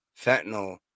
fentanyl